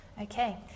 Okay